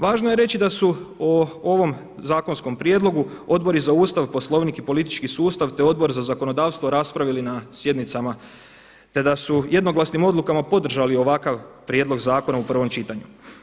Važno je reći da su o ovom zakonskom prijedlogu Odbor za Ustav, Poslovnik i politički sustav, te Odbor za zakonodavstvo raspravili na sjednicama, te da su jednoglasnim odlukama podržali ovakav prijedlog zakona u prvom čitanju.